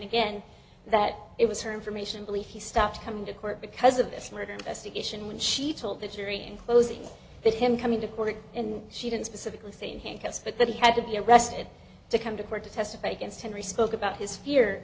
again that it was her information belief he stopped coming to court because of this murder investigation when she told the jury in closing let him come into court and she didn't specifically say in handcuffs but that he had to be arrested to come to court to testify against him respect about his fear